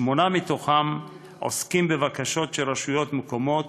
שמונה מתוכם עוסקים בבקשות של רשויות מקומיות